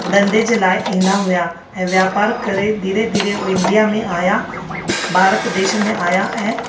धंधे जे लाइ ईंदा हुआ ऐं वापारु करे धीरे धीरे उहे इंडिया में आहियां भारत देश में आहियां ऐं